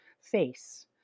face